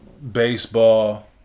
Baseball